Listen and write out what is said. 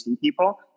people